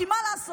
כי מה לעשות,